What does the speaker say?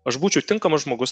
aš būčiau tinkamas žmogus